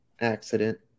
accident